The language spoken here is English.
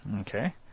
Okay